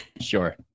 Sure